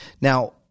Now